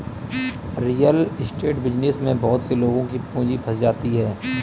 real estate business में बहुत से लोगों की पूंजी फंस जाती है